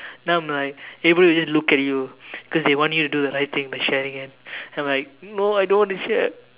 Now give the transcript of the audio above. now I'm like everybody will just look at you cause they want you to do the right thing by sharing it and I'm like no I don't want to share